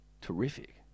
terrific